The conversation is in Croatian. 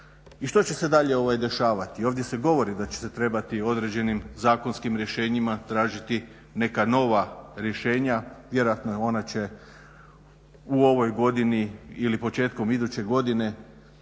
I što će se dalje dešavati? Ovdje se govori da će se trebati određenim zakonskim rješenjima tražiti neka nova rješenja, vjerojatno ona će u ovoj godini ili početkom iduće godine,